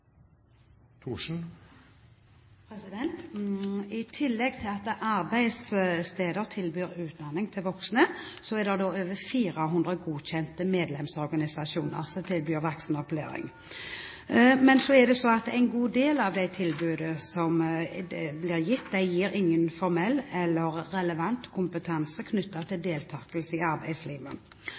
replikkordskifte. I tillegg til at arbeidssteder tilbyr utdanning til voksne, er det over 400 godkjente medlemsorganisasjoner som tilbyr voksenopplæring. Men så er det slik at en god del av de tilbudene som blir gitt, ikke gir noen formell eller relevant kompetanse knyttet til deltakelse i arbeidslivet.